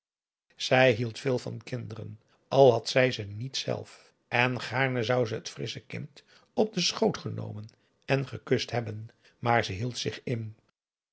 zij hield veel van kinderen al had zij ze niet zelf en gaarne zou ze t frissche kind op den schoot genomen en gekust hebben maar ze hield zich in